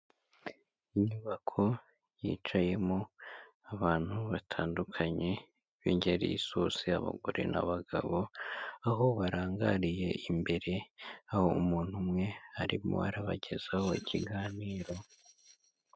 Inyubako yicayemo abantu batandukanye b'ingeri zose abagore n'abagabo aho barangariye imbere aho umuntu umwe arimo arabagezaho ikiganiro.